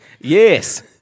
Yes